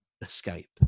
escape